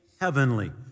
heavenly